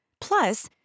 Plus